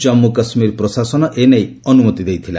ଜମ୍ମୁ କାଶ୍ମୀର ପ୍ରଶାସନ ଏନେଇ ଅନୁମତି ଦେଇଥିଲା